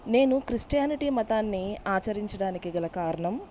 నేను క్రిస్టియానిటీ మతాన్ని ఆచరించడానికి గల కారణం